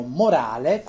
morale